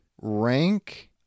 rank